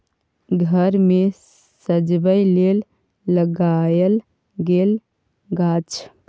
घर मे सजबै लेल लगाएल गेल गाछ